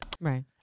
Right